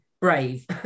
brave